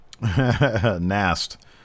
Nast